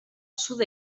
sud